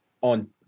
on